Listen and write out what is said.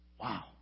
Wow